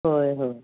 होय होय